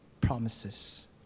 promises